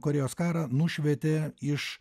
korėjos karą nušvietė iš